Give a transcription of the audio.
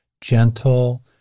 gentle